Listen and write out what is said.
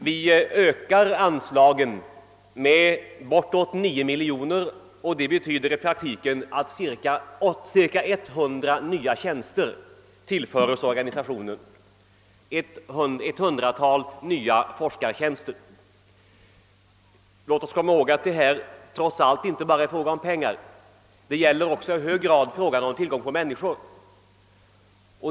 Vi ökar anslagen med bortåt 9 miljoner kronor. Det betyder i praktiken att ett hundratal nya forskartjänster tillförs. Låt oss komma ihåg att det trots allt inte bara är en fråga om pengar utan också i hög grad gäller tillgången på människor.